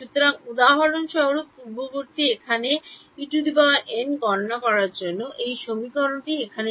সুতরাং উদাহরণস্বরূপ পূর্ববর্তী এখানে En গণনা করার জন্য এই সমীকরণটি এখানে